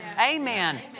Amen